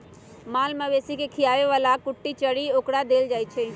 माल मवेशी के खीयाबे बला कुट्टी चरी ओकरा देल जाइ छै